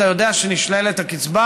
אתה יודע שנשללת הקצבה.